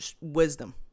wisdom